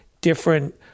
different